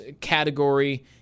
category